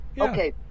okay